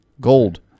Gold